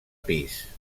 pis